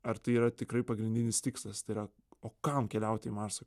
ar tai yra tikrai pagrindinis tikslas tai yra o kam keliauti į marsą